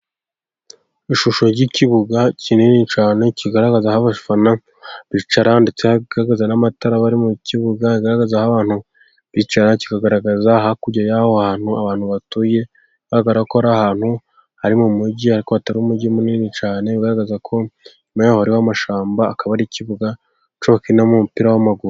Ishusho y'ikibuga kinini cyane kigaragaza aho abafana bicara detse garagaza ndetse n'amatara, bari mu kibuga agaragaza abantu bicara, kikagaragaza hakurya y'aho hantu abantu batuye, bako ari ahantu hari mu mujyi ariko hatari umujyi munini cyane ugaragaza ko nyumaho hariho amashamba akaba ari ikibuga bwkinamo umupira w'amaguru.